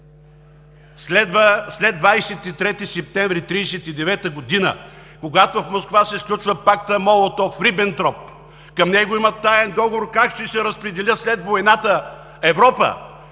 след 23 септември 1939 г., когато в Москва се сключва Пактът Молотов – Рибентроп, към него има таен договор как ще се разпредели след войната Европа,